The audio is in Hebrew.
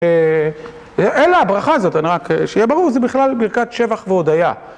אלא הברכה הזאת, אני רק, שיהיה ברור, זה בכלל ברכת שבח והודיה.